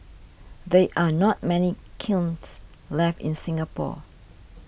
there are not many kilns left in Singapore